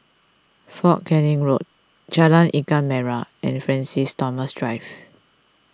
Fort Canning Road Jalan Ikan Merah and Francis Thomas Drive